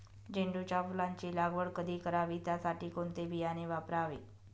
झेंडूच्या फुलांची लागवड कधी करावी? त्यासाठी कोणते बियाणे वापरावे?